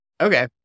Okay